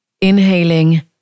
Inhaling